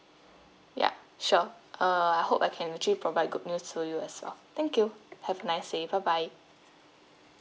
yup sure err I hope I can actually provide good news to you as well thank you have a nice day bye bye